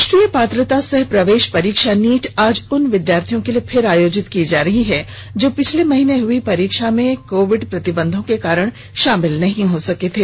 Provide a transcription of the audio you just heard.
राष्ट्रीय पात्रता सह प्रवेश परीक्षा नीट आज उन विद्यार्थियों के लिए फिर आयोजित की जा रही है जो पिछले महीने हुई परीक्षा में कोविड प्रतिबंधों के कारण शामिल नहीं हो सके थे